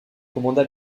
commanda